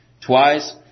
Twice